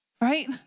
right